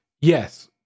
yes